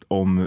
om